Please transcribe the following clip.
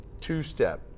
two-step